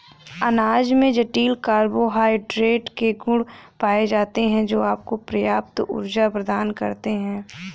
अनाज में जटिल कार्बोहाइड्रेट के गुण पाए जाते हैं, जो आपको पर्याप्त ऊर्जा प्रदान करते हैं